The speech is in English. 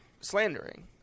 slandering